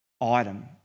item